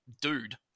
dude